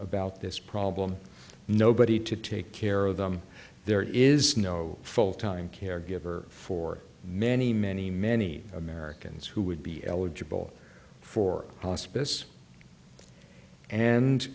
about this problem nobody to take care of them there is no full time caregiver for many many many americans who would be eligible for hospice and